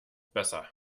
besser